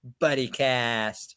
BuddyCast